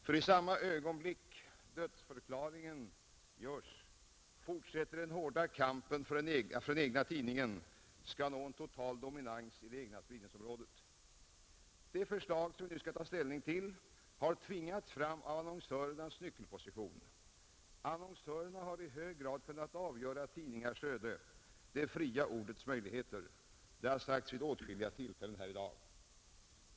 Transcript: För i samma ögonblick dödförklaringen görs fortsätter den hårda kampen för att den egna tidningen skall nå en total dominans i det egna spridningsområdet. Det förslag som vi nu skall ta ställning till har tvingats fram av annonsörernas nyckelposition. Annonsörerna har i hög grad kunnat avgöra tidningars öde — det fria ordets möjligheter. Detta har sagts vid åtskilliga tillfällen här i dag.